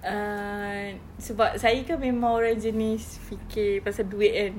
err saya kan memang orang jenis fikir pasal duit kan